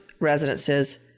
residences